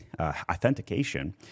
authentication